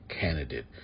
candidate